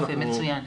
יופי, מצוין.